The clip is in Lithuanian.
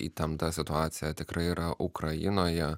įtempta situacija tikrai yra ukrainoje